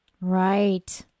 right